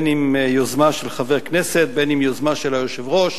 אם ביוזמה של הכנסת ואם ביוזמה של היושב-ראש